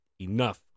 enough